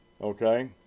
okay